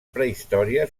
prehistòria